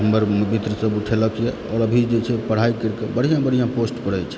हमर मित्रसभ उठेलकए आओर अभी जे छै ओ पढ़ाई करिके बढ़िआँ बढ़िआँ पोस्ट पर अछि